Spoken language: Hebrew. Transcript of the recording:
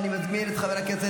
ובגלל שיש לנו אחריות,